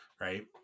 Right